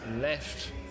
left